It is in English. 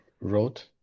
wrote